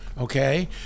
Okay